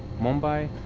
mumbay?